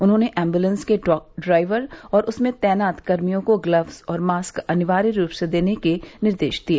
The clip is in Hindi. उन्होंने एम्बुलेंस के ड्राइवर और उनमें तैनात कर्मियों को ग्लव्स और मास्क अनिवार्य रूप से देने के निर्देश दिए